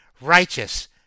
righteous